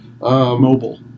Mobile